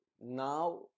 now